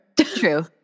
True